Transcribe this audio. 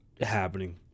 happening